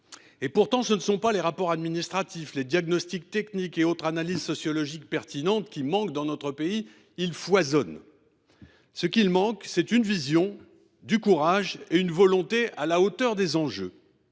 Pourtant, ce ne sont pas les rapports administratifs, diagnostics techniques et autres analyses sociologiques pertinentes qui manquent dans notre pays. Au contraire, ils foisonnent ! Ce qui manque, c’est une vision, du courage et une volonté à la hauteur des enjeux